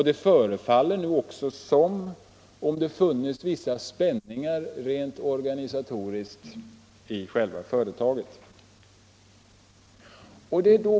Det förefaller nu också som om det fanns vissa spänningar rent organisatoriskt i själva företaget.